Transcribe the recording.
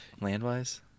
Land-wise